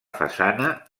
façana